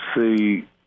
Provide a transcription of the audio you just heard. see